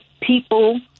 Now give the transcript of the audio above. people